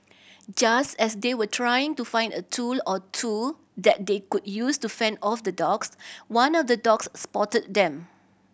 just as they were trying to find a tool or two that they could use to fend off the dogs one of the dogs spotted them